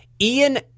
Ian